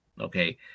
Okay